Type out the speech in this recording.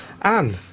Anne